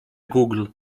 google